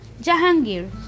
Jahangir